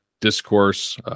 discourse